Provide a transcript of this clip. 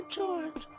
George